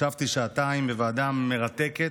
ישבתי שעתיים בוועדה מרתקת,